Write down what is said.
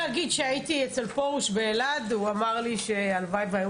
כשהייתי אצל פרוש באלעד הוא אמר שהלוואי שהיו